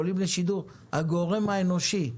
עולים לשידור ואומרים "הגורם האנושי",